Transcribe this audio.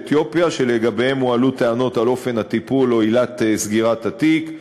אתיופיה שלגביהם הועלו טענות על אופן הטיפול או עילת סגירת התיק.